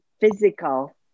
physical